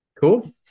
Cool